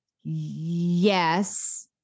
yes